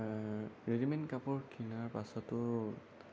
readymade কাপোৰ কিনাৰ পাছতো